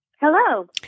Hello